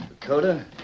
Dakota